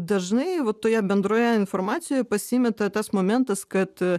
dažnai va toje bendroje informacijoje pasimeta tas momentas kad